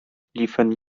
liefen